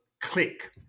click